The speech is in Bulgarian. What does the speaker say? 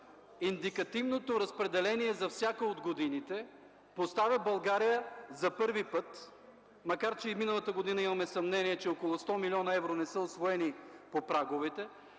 индикативното разпределение за всяка от годините, поставя България – за първи път, макар че и миналата година имаме съмнения, че около 100 милиона евро не са усвоени по праговете,